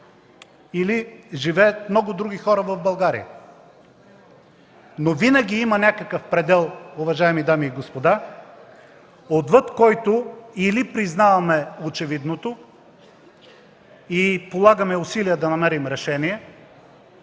или живеят много други хора в България. Но винаги има някакъв предел, уважаеми дами и господа, отвъд който или признаваме очевидното и полагаме усилия да намерим решения,